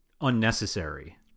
unnecessary